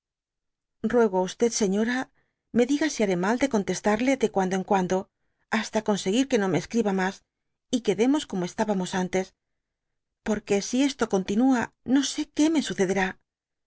ruego á q señora me diga si haré mal de contestarle de cuando en cuando hasta ocyoiseguir que no me escriba mas y quedemos como estábamos antes porque si esto continua üo sé que me sucederá